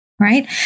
right